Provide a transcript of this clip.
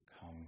Come